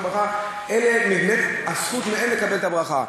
באמת הזכות היא לקבל מהם את הברכה.